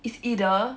is either